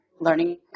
learning